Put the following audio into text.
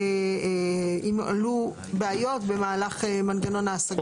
ואם עלו בעיות במהלך מנגנון ההשגה.